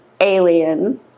alien